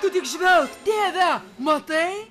tu tik žvelk tėve matai